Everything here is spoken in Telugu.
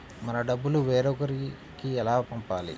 మన డబ్బులు వేరొకరికి ఎలా పంపాలి?